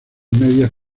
medias